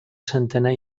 centenar